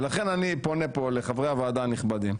לכן אני פונה פה לחברי הוועדה הנכבדים.